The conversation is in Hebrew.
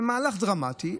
זה מהלך דרמטי,